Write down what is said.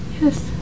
Yes